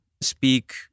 speak